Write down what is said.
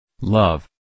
Love